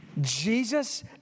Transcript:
Jesus